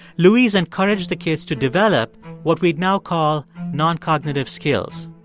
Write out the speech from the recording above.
louise encouraged the kids to develop what we'd now call noncognitive skills.